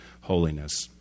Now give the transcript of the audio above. holiness